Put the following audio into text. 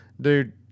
dude